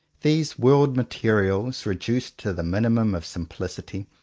these world-materials reduced to the minimum of simplicity,